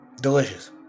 Delicious